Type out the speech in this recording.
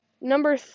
Number